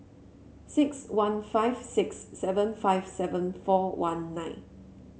six one five six seven five seven four one nine